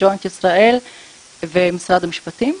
ג'וינט ישראל ומשרד המשפטים.